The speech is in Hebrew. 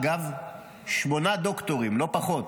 אגב, שמונה דוקטורים, לא פחות,